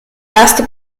erste